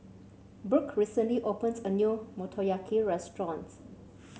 Brooke recently opens a new Motoyaki Restaurant